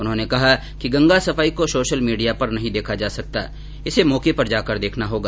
उन्होंने कहा कि गंगा सफाई को सोशल मीडिया पर नहीं देखा जा सकता इसे मौके पर जाकर देखना होगा